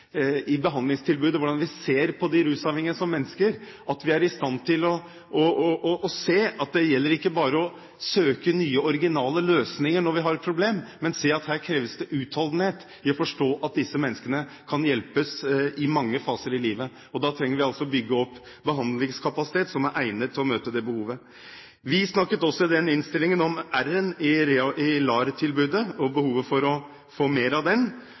stand til å se at det ikke bare gjelder å søke nye, originale løsninger når vi har et problem, men se at det her kreves utholdenhet i å forstå at disse menneskene kan hjelpes i mange faser av livet. Og da trenger vi altså å bygge opp behandlingskapasitet som er egnet til å møte det behovet. Vi kom også i den innstillingen inn på R-en i LAR-tilbudet og behovet for å få mer av